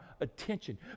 attention